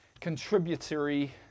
contributory